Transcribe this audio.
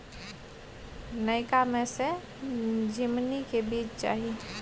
नयका में से झीमनी के बीज चाही?